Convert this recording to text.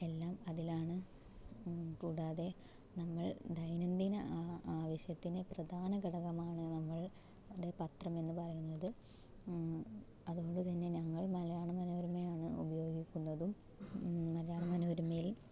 എല്ലാം അതിലാണ് കൂടാതെ നമ്മൾ ദൈനംദിന ആ ആവശ്യത്തിന് പ്രധാന ഘടകമാണ് നമ്മൾടെ പത്രം എന്ന് പറയുന്നത് അതുകൊണ്ടുതന്നെ ഞങ്ങൾ മലയാള മനോരമയാണ് ഉപയോഗിക്കുന്നതും മലയാള മനോരമയിൽ